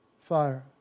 Fire